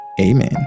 Amen